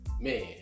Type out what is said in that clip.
man